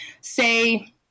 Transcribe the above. say